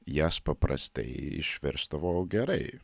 jas paprastai išversdavau gerai